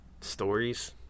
stories